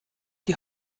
die